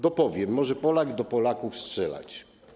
Dopowiem: może Polak do Polaków strzelać.